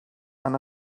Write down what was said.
han